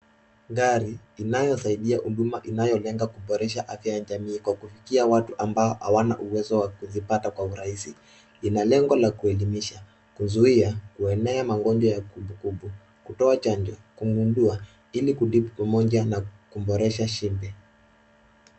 Gari inayosaidia huduma inayolenga kuboresha afya ya jamii kwa kufikia watu ambao hawana uwezo wa kuzipata kwa urahisi. Ina lengo la kuelimisha, kuzuia kuenea kwa magonjwa ya kupukupu, kutoa chanjo, kumumbua ili kutibu pamoja na kuboresha shibe.